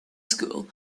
school